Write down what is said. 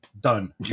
Done